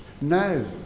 no